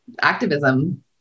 activism